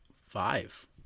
Five